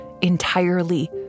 entirely